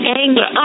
anger